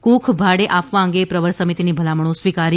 કૂખ ભાડે આપવા અંગે પ્રવર સમિતિની ભલામણો સ્વીકારી